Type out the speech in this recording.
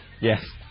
Yes